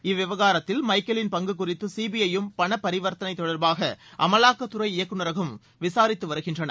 இவ்விவகாரத்தில் மைகேலின் பங்கு குறித்து சிபிஐ யும் பண பரிவர்த்தனை தொடர்பாக அமலாக்கத்துறை இயக்குநரகமும் விசாரித்து வருகின்றன